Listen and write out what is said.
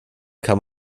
kann